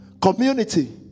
community